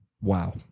Wow